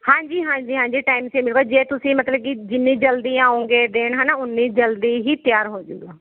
ਹਾਂਜੀ ਹਾਂਜੀ ਹਾਂਜੀ ਟਾਈਮ ਸਿਰ ਮਿਲੂਗਾ ਜੇ ਤੁਸੀਂ ਮਤਲਬ ਕੀ ਜਿੰਨੀ ਜ਼ਲਦੀ ਆਊਗੇ ਦੇਣ ਹੈ ਨਾ ਉਹਨੀ ਜ਼ਲਦੀ ਹੀ ਤਿਆਰ ਹੋਜੂਗਾ